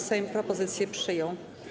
Sejm propozycję przyjął.